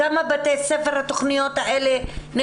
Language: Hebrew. בכמה בתי ספר נכנסו התכניות האלה,